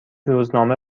روزنامه